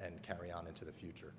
and carry on into the future